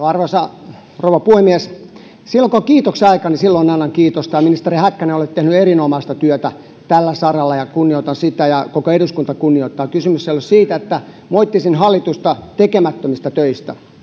arvoisa rouva puhemies silloin kun on kiitoksen aika silloin annan kiitosta ja ministeri häkkänen olette tehnyt erinomaista työtä tällä saralla ja kunnioitan ja koko eduskunta kunnioittaa sitä kysymys ei ole siitä että moittisin hallitusta tekemättömistä töistä